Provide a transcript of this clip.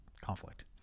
conflict